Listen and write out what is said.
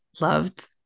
loved